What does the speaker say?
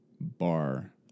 bar